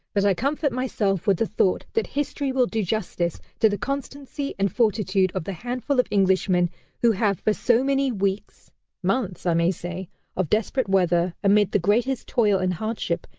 but i comfort myself with the thought that history will do justice to the constancy and fortitude of the handful of englishmen who have for so many weeks months, i may say of desperate weather, amid the greatest toil and hardship,